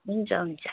हुन्छ हुन्छ